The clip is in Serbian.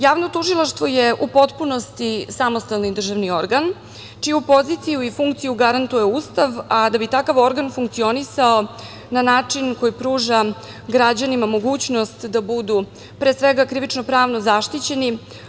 Javno tužilaštvo je u potpunosti samostalni državni organ čiju poziciju i funkciju garantuje Ustav, a da bi takav organ funkcionisao na način koji pruža građanima mogućnost da budu, pre svega krivično-pravno zaštićeni.